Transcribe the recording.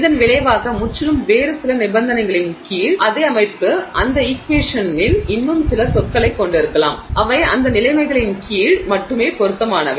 இதன் விளைவாக முற்றிலும் வேறு சில நிபந்தனைகளின் கீழ் அதே அமைப்பு அந்தச் ஈக்வேஷனில் இன்னும் சில சொற்களைக் கொண்டிருக்கலாம் அவை அந்த நிலைமைகளின் கீழ் மட்டுமே பொருத்தமானவை